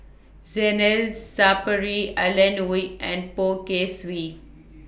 Zainal Sapari Alan Wein and Poh Kay Swee